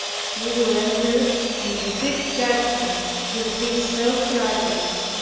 he will enter into strict judgment with these self-righteous,